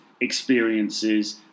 experiences